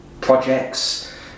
projects